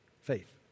faith